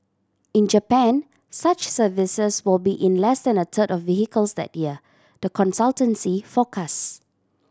in Japan such services will be in less than a third of vehicles that year the consultancy forecast